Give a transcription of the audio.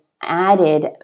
added